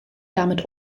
damit